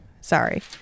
Sorry